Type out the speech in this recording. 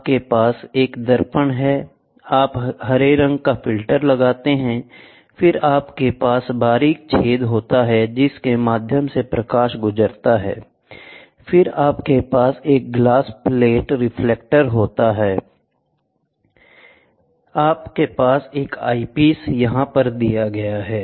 आपके पास एक दर्पण है आप हरे रंग का फिल्टर लगाते हैं फिर आपके पास बारीक छेद होते हैं जिसके माध्यम से प्रकाश गुजरता है फिर आपके पास एक ग्लास प्लेट रिफ्लेक्टर है आपके पास यहां एक आईपीस है